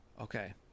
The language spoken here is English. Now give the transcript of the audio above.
Okay